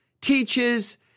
teaches